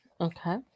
Okay